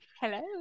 hello